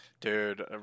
Dude